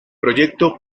proyecto